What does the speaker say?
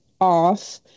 off